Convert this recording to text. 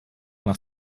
nach